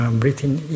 breathing